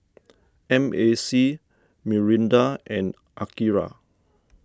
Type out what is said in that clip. M A C Mirinda and Akira